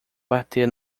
bater